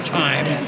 time